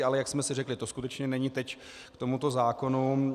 Ale jak jsme si řekli, to skutečně není teď k tomuto zákonu.